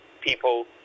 people